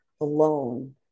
alone